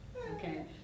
Okay